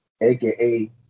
AKA